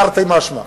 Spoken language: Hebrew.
תרתי משמע.